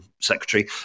secretary